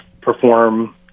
perform